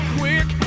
quick